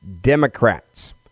Democrats